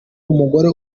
umugore